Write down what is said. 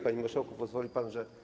Panie marszałku, pozwoli pan, że.